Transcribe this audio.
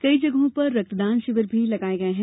कई जगहों पर रक्तदान शिविर भी लगाये गये हैं